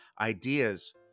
ideas